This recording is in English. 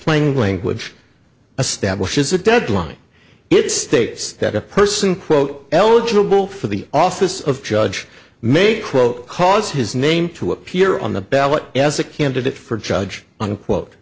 ning language a step which is a deadline it states that a person quote eligible for the office of judge may quote cause his name to appear on the ballot as a candidate for judge unquote